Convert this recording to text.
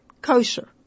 kosher